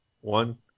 one